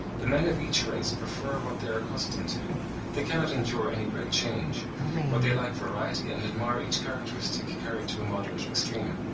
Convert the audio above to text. the men of each race prefer what they are accustomed to they cannot endure any great change but they like variety, and admire each characteristic carried to a moderate extreme.